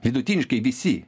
vidutiniškai visi